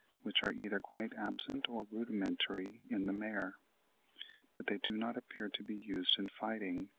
which are either quite absent or rudimentary in the mare but they do not appear to be used in fighting,